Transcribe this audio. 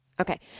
Okay